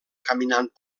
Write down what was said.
caminant